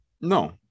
No